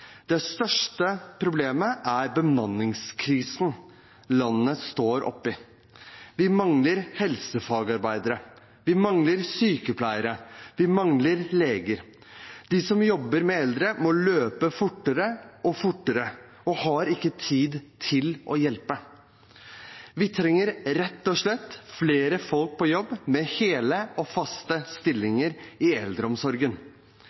Det største problemet er bemanningskrisen landet står oppi. Vi mangler helsefagarbeidere, vi mangler sykepleiere, vi mangler leger. De som jobber med eldre, må løpe fortere og fortere og har ikke tid til å hjelpe. Vi trenger rett og slett flere folk på jobb, med hele og faste